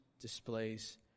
displays